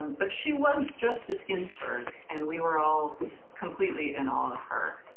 um but she was justice ginsburg and we were all completely in awe of her.